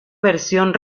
versión